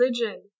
religion